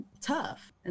tough